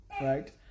Right